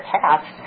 past